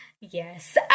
Yes